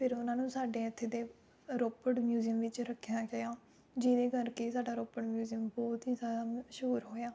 ਫਿਰ ਉਹਨਾਂ ਨੂੰ ਸਾਡੇ ਇੱਥੇ ਦੇ ਰੋਪੜ ਮਿਊਜ਼ੀਅਮ ਵਿੱਚ ਰੱਖਿਆ ਗਿਆ ਜਿਹਦੇ ਕਰਕੇ ਸਾਡਾ ਰੋਪੜ ਮਿਊਜ਼ੀਅਮ ਬਹੁਤ ਹੀ ਜ਼ਿਆਦਾ ਮਸ਼ਹੂਰ ਹੋਇਆ